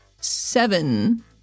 Seven